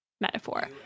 metaphor